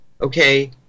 okay